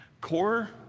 Core